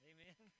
Amen